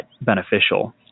beneficial